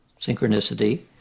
synchronicity